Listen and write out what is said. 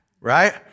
right